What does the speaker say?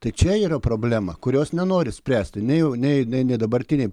tai čia yra problema kurios nenori spręsti nei jau nei nei dabartiniai